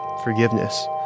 forgiveness